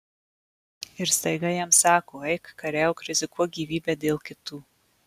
ir staiga jam sako eik kariauk rizikuok gyvybe dėl kitų